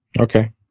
Okay